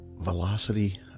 velocity